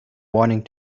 wanting